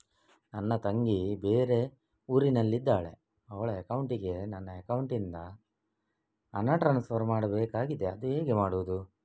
ನನ್ನ ತಂಗಿ ಬೇರೆ ಊರಿನಲ್ಲಿದಾಳೆ, ಅವಳ ಅಕೌಂಟಿಗೆ ನನ್ನ ಅಕೌಂಟಿನಿಂದ ಹಣ ಟ್ರಾನ್ಸ್ಫರ್ ಮಾಡ್ಬೇಕಾಗಿದೆ, ಅದು ಹೇಗೆ ಮಾಡುವುದು?